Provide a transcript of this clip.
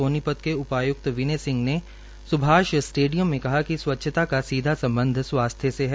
सोनीपत के उपाय्क्त विनय सिंह ने स्भाष स्टेडियम में कहा कि स्वच्छता का सीधा सम्बध स्वास्थ्य से है